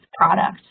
product